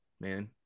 man